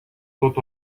tot